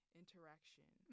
interaction